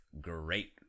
great